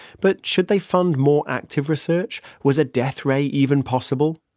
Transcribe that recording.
but should they fund more active research? was a death ray even possible?